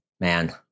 Man